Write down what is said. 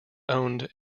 owned